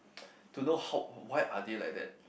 to know hope wh~ why are they like that